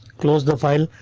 close the file,